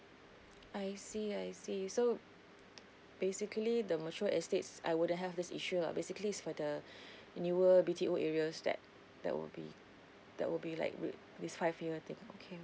I see I see so basically the mature estates I wouldn't have this issue ah basically it's for the newer B_T_O areas that that will be that will be like wi~ this five year thing okay